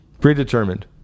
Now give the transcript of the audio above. predetermined